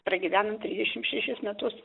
pragyvenom trisdešim šešis metus